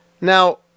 now